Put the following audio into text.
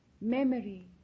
memory